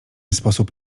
sposób